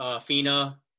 FINA